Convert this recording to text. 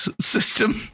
system